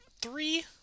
three